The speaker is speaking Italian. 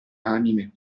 anime